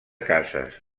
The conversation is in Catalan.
cases